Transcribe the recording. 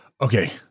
Okay